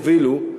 הובילו,